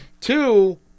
Two